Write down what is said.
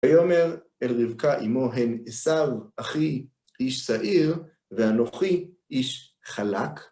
ויאמר אל רבקה אימו: הן עשיו אחי איש שעיר, ואנוכי איש חלק.